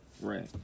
Right